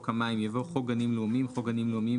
המים" יבוא: ""חוק גנים לאומיים" חוק גנים לאומיים,